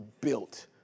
built